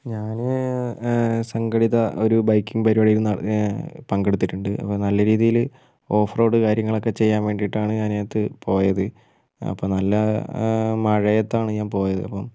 ഞാൻ സംഘടിത ഒരു ബൈക്കിംഗ് പരിപാടിക്ക് ന പങ്കെടുത്തിട്ടുണ്ട് അപ്പോൾ നല്ല രീതിയിൽ ഓഫ് റോഡ് കാര്യങ്ങളൊക്കെ ചെയ്യാൻ വേണ്ടീട്ടാണ് ഞാൻ അതിനകത്ത് പോയത് അപ്പം നല്ല മഴയത്താണ് ഞാൻ പോയത് അപ്പം